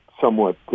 somewhat